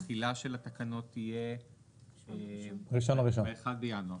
התחילה של התקנות תהיה ב-1 בינואר.